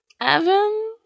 Evan